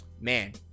Man